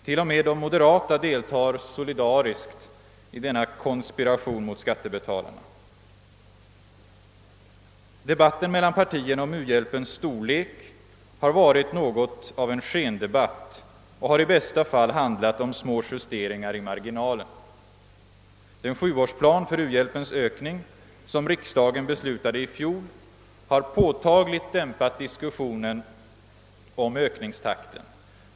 Till och med de moderata deltar solidariskt i denna konspiration mot skattebetalarna. Debatten mellan partierna om u-hjälpens storlek har varit något av en skendebatt och har i bästa fall handlat om små justeringar i marginalen. Den sjuårsplan för u-hjälpens ökning som riksdagen beslutade i fjol har påtagligt dämpat diskussionen om ökningstakten.